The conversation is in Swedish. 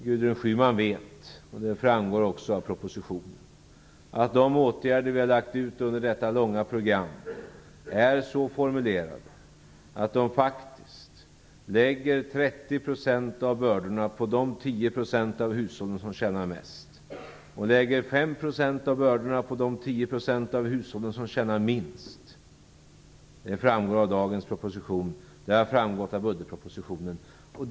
Gudrun Schyman vet, och det framgår också av propositionen, att de åtgärder som vi har lagt ut under detta långa program är så formulerade att de faktiskt lägger 30 % av bördorna på de 10 % av hushållen som tjänar mest och 5 % av bördorna på de 10 % av hushållen som tjänar minst. Det framgår av dagens proposition, och det har framgått av budgetpropositionen.